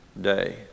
day